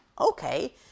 Okay